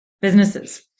businesses